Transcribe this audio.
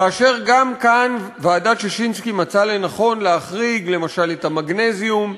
וגם כאן ועדת ששינסקי מצאה לנכון להחריג למשל את המגנזיום,